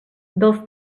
dels